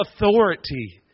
authority